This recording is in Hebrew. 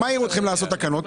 מה הביא אתכם לעשות תקנות?